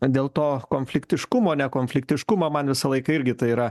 dėl to konfliktiškumo nekonfliktiškumo man visą laiką irgi tai yra